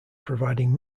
providing